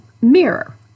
mirror